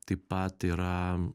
taip pat yra